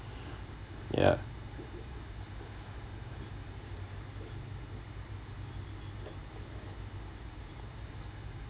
ya